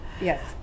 Yes